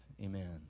Amen